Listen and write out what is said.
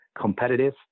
competitive